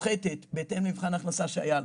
מופחתת בהתאם למבחן ההכנסה שהיה לו.